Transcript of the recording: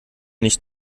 nicht